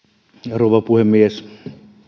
rouva puhemies